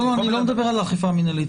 לא, אני לא מדבר על אכיפה מנהלית.